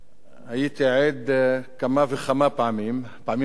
הייתי עד כמה וכמה פעמים, פעמים רבות מאוד,